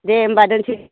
दे होमबा दोननोसै